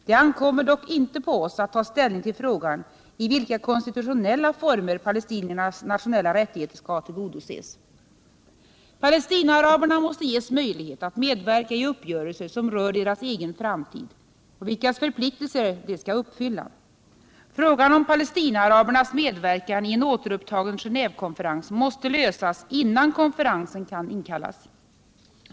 Det ankommer dock inte på oss att ta ställning till frågan i vilka konstitutionella former palestiniernas nationella rättigheter skall tillgodoses. Palestinaaraberna måste ges möjlighet att medverka i uppgörelser som rör deras egen framtid och vilkas förpliktelser de skall uppfylla. Frågan om palestinaarabernas medverkan i en återupptagen Genévekonferens måste lösas innan konferensen kan inkallas.